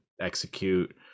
execute